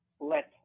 let